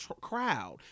crowd